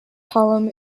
column